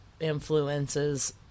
Influences